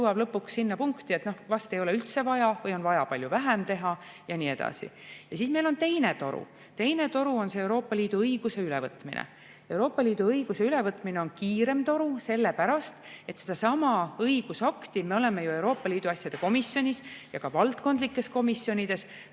jõuab lõpuks sinna punkti, et vast ei ole üldse vaja või on vaja teha palju vähem ja nii edasi. Ja siis meil on teine toru, see on Euroopa Liidu õiguse ülevõtmine. Euroopa Liidu õiguse ülevõtmine on kiirem toru, sellepärast et sedasama õigusakti me oleme ju Euroopa Liidu asjade komisjonis ja ka valdkondlikes komisjonides